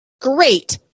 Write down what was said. great